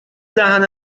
دهن